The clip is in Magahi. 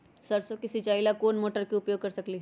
सरसों के सिचाई ला कोंन मोटर के उपयोग कर सकली ह?